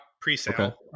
pre-sale